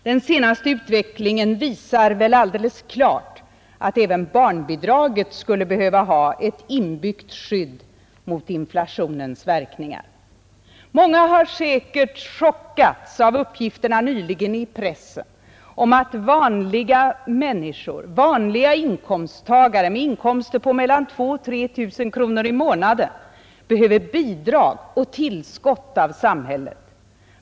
Den senaste utvecklingen visar väl alldeles klart att även barnbidraget skulle behöva ha ett inbyggt skydd mot inflationens verkningar. Många har säkert chockats av uppgifterna nyligen i pressen om att vanliga människor, vanliga inkomsttagare med inkomster på mellan 2 000 och 3 000 kronor i månaden, behöver bidrag och tillskott av samhället.